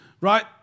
right